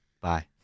bye